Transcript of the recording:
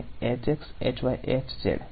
અને વચ્ચે વધુ સંબંધ છે